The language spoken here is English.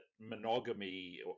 monogamy